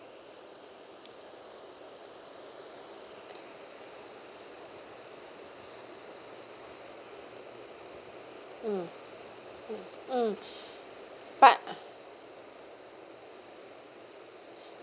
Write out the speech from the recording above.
mm mm but